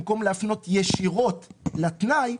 במקום להפנות ישירות לתנאי,